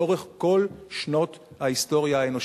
לאורך כל שנות ההיסטוריה האנושית.